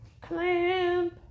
clamp